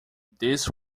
this